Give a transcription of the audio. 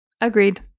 Agreed